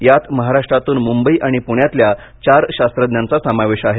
यात महाराष्ट्रातून मुंबई आणि पुण्यातल्या चार शास्त्रज्ञांचा समावेश आहे